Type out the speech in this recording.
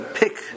pick